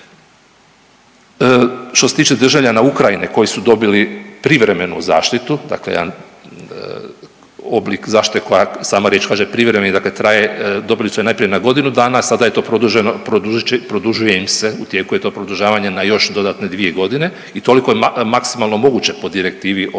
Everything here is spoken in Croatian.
Što se tiče državljana Ukrajine koji su dobili privremenu zaštitu dakle jedan oblik zaštite koja sama riječ kaže privremeni i dakle traje, dobili su je najprije na godinu dana, a sada je to produženo, produžit će, produžuje im se, u tijeku je to produžavanje na još dodatne 2.g. i toliko je maksimalno moguće po Direktivi o,